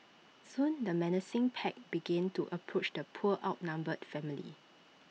soon the menacing pack began to approach the poor outnumbered family